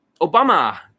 Obama